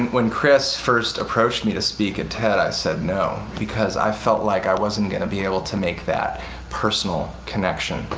when chris first approached me to speak at ted, i said no, no, because i felt like i wasn't going to be able to make that personal connection,